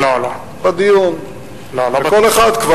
בתוכן, לא.